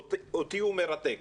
אותי הוא מרתק.